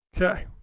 Okay